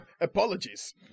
Apologies